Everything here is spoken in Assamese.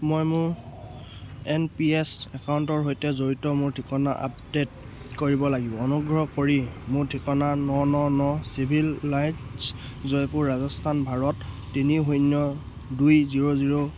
মই মোৰ এন পি এছ একাউণ্টৰ সৈতে জড়িত মোৰ ঠিকনা আপডেট কৰিব লাগিব অনুগ্ৰহ কৰি মোৰ ঠিকনা ন ন ন চিভিল লাইটছ জয়পুৰ ৰাজস্থান ভাৰত তিনি শূন্য দুই জিৰ' জিৰ'